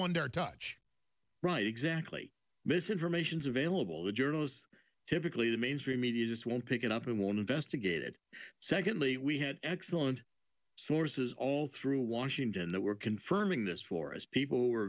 dare touch right exactly misinformations available to journalists typically the mainstream media just won't pick it up and want investigated secondly we had excellent sources all through washington that were confirming this for us people w